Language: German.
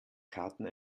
karten